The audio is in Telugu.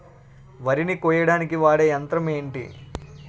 వరి ని కోయడానికి వాడే యంత్రం ఏంటి?